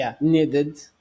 needed